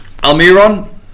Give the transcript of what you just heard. Almiron